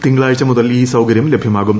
തിങ്കളാഴ്ച മുതൽ ഈ സൌകര്യം ലഭ്യമാകും